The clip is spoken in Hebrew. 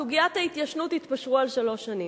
בסוגיית ההתיישנות, התפשרו על שלוש שנים.